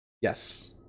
Yes